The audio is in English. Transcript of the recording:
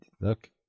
look